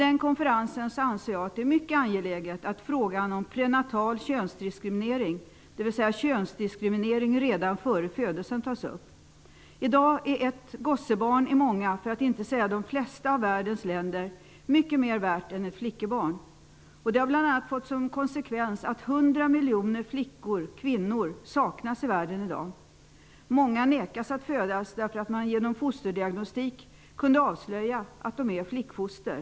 Det är mycket angeläget att frågan om prenatal könsdiskriminering, dvs. könsdiskriminering redan före födelsen, tas upp vid den konferensen. I dag är ett gossebarn i många av världen länder, för att inte säga i de flesta, mycket mer värt än ett flickebarn. Det har bl.a. fått som konsekvens att 100 miljoner flickor, kvinnor, saknas i världen i dag. Många vägras att födas. Man kan ju genom fosterdiagnostik avslöja vilka som är flickfoster.